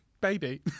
baby